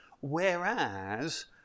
Whereas